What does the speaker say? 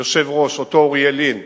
יושב-ראש, אותו אוריאל לין,